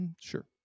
sure